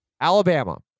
Alabama